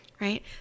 Right